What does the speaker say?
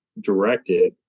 directed